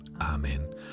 Amen